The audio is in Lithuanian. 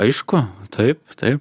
aišku taip taip